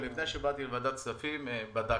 לפני שבאתי לוועדת הכספים בדקתי,